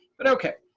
but okay.